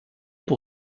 par